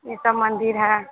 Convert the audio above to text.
ये सब मंदिर हैं